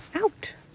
out